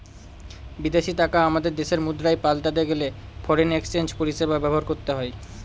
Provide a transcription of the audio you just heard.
বিদেশী টাকা আমাদের দেশের মুদ্রায় পাল্টাতে গেলে ফরেন এক্সচেঞ্জ পরিষেবা ব্যবহার করতে হয়